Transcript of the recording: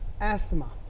asthma